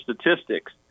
statistics